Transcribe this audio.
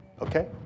Okay